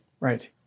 Right